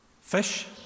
Fish